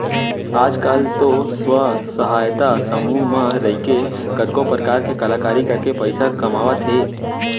आज काल तो स्व सहायता समूह म रइके कतको परकार के कलाकारी करके पइसा कमावत हें